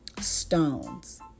stones